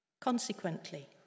Consequently